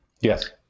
Yes